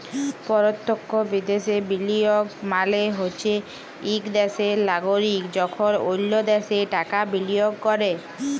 পরতখ্য বিদ্যাশে বিলিয়গ মালে হছে ইক দ্যাশের লাগরিক যখল অল্য দ্যাশে টাকা বিলিয়গ ক্যরে